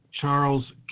Charles